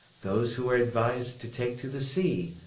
those who are advised to take to the sea,